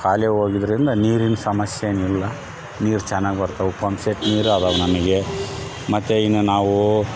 ಕಾಲೇವು ಹೋಗಿದ್ರಿಂದ ನೀರಿನ ಸಮಸ್ಯೆ ಏನಿಲ್ಲ ನೀರು ಚೆನ್ನಾಗ್ ಬರ್ತವೆ ಪಂಪ್ಸೆಟ್ ನೀರು ಅದಾವು ನಮಗೆ ಮತ್ತು ಇನ್ನು ನಾವು